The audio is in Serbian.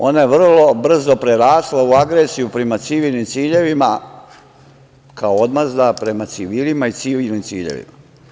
Ona je vrlo brzo prerasla u agresiju prema civilnim ciljevima kao odmazda prema civilima i civilnim ciljevima.